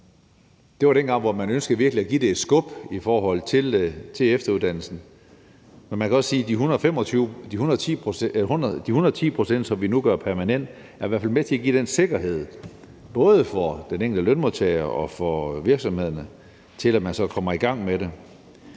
Det var dengang, hvor man ønskede virkelig at give det et skub i forhold til efteruddannelse. Man kan også sige, at de 110 pct., som vi nu gør permanent, i hvert fald er med til at give den sikkerhed, både for den enkelte lønmodtager og virksomhederne, for, at man så kommer i gang med det.